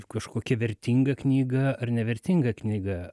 kažkokia vertinga knyga ar nevertinga knyga